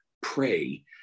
pray